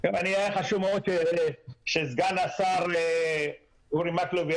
היה חשוב מאוד שסגן השר אורי מקלב היה